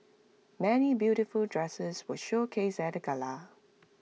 many beautiful dresses were showcased at the gala